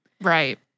Right